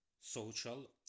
Social